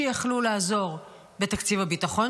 שיכלו לעזור בתקציב הביטחון,